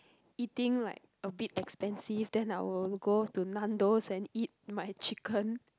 eating like a bit expensive then I will go to Nando's and eat my chicken